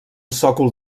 sòcol